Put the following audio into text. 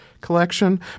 collection